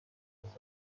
عروسی